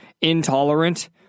intolerant